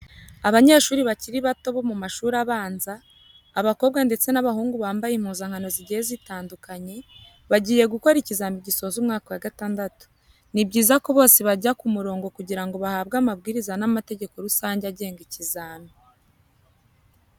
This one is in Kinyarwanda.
Abanyeshuri bakiri bato bo mu mashuri abanza, abakobwa ndetse n'abahungu bambaye impuzankano zigiye zitandukanye, bagiye gukora ikizami gisoza umwaka wa gatandatu. Ni byiza ko bose bajya ku murongo kugira ngo bahabwe amabwiriza n'amategeko rusange agenga ikizami.